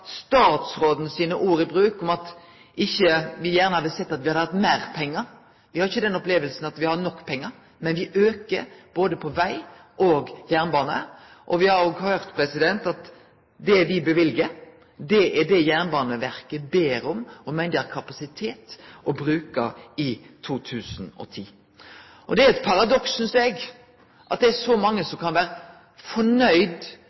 statsråden sine ord i bruk, at ikkje me gjerne hadde sett at me hadde hatt meir pengar. Me har ikkje den opplevinga at me har nok pengar, men me aukar både på veg og jernbane. Me har òg hørt at det me løyver, er det Jernbaneverket ber om og meiner dei har kapasitet til å bruke i 2010. Det er eit paradoks, synest eg, at det er så mange